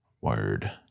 Word